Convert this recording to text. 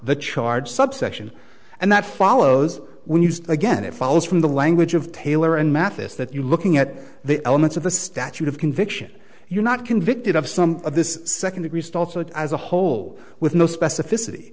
the charge subsection and that follows when used again it follows from the language of taylor and mathis that you're looking at the elements of the statute of conviction you're not convicted of some of this second degree stuff so as a whole with no specificity